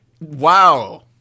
Wow